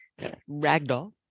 ragdoll